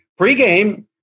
pregame